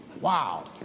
Wow